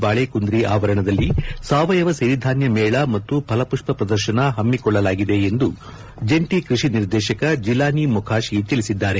ಬಾಳಿಕುಂದ್ರಿ ಆವರಣದಲ್ಲಿ ಸಾವಯವ ಸಿರಿಧಾನ್ಯ ಮೇಳ ಮತ್ತು ಫಲಮಷ್ಷ ಪ್ರದರ್ಶನ ಹಮ್ಮಿಕೊಳ್ಳಲಾಗಿದೆ ಎಂದು ಜಂಟಿ ಕೃಷಿ ನಿರ್ದೇಶಕ ಜಿಲಾನಿ ಮುಖಾತಿ ತಿಳಿಸಿದ್ದಾರೆ